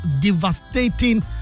devastating